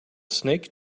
snake